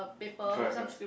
correct correct